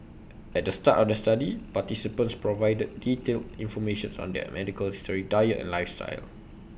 at the start of the study participants provided detailed information on their medical history diet and lifestyle